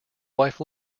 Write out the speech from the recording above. wife